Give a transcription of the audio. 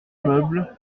meuble